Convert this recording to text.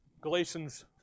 Galatians